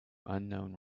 unknown